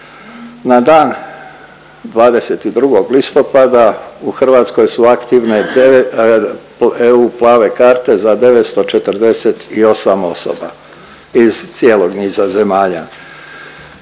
Na dan 22. listopada u Hrvatskoj su aktivne EU plave karte za 948 osoba iz cijelog niza zemalja.